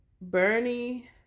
Bernie